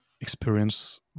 experience